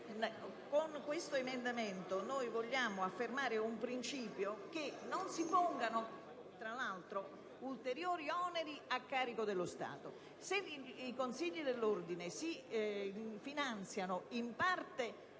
con questo emendamento venga affermato il principio che non si pongano ulteriori oneri a carico dello Stato. Se i consigli dell'ordine si finanziano in parte